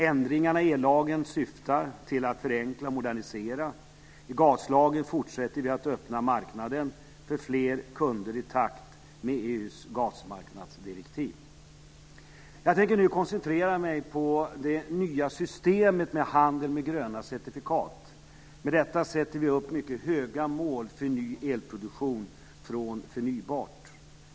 Ändringarna i ellagen syftar till att förenkla och modernisera. I gaslagen fortsätter vi att öppna marknaden för fler kunder i takt med EU:s gasmarknadsdirektiv. Jag tänker nu koncentrera mig på det nya systemet med handel med gröna certifikat. Med detta sätter vi upp mycket höga mål för ny elproduktion från förnybara källor.